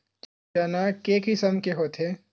चना के किसम के होथे?